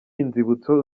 inzibutso